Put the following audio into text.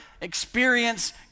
experience